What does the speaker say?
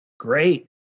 Great